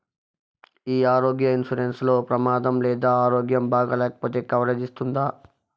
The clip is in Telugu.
ఈ ఆరోగ్య ఇన్సూరెన్సు లో ప్రమాదం లేదా ఆరోగ్యం బాగాలేకపొతే కవరేజ్ ఇస్తుందా?